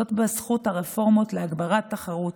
זאת בזכות הרפורמות להגברת תחרות,